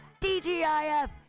dgif